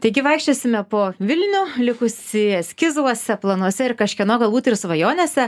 taigi vaikščiosime po vilnių likusį eskizuose planuose ir kažkieno galbūt ir svajonėse